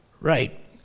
right